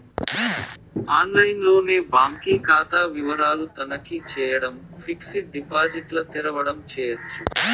ఆన్లైన్లోనే బాంకీ కాతా వివరాలు తనఖీ చేయడం, ఫిక్సిడ్ డిపాజిట్ల తెరవడం చేయచ్చు